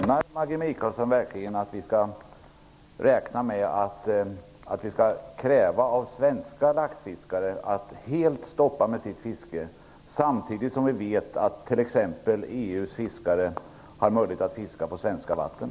Jag måste fråga Maggi Mikaelsson: Menar hon verkligen att vi av svenska laxfiskare skall kräva att de helt upphör med sitt fiske samtidigt som vi vet att t.ex. EU:s fiskare har möjlighet att fiska på svenska vatten?